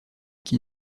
qui